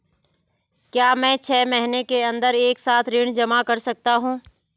क्या मैं छः महीने के अन्दर एक साथ ऋण जमा कर सकता हूँ?